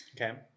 Okay